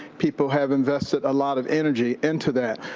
people have invested a lot of energy into that.